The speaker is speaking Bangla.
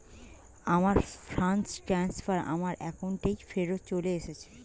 আমার ফান্ড ট্রান্সফার আমার অ্যাকাউন্টেই ফেরত চলে এসেছে